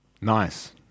Nice